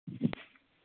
अ